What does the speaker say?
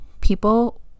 people